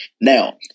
Now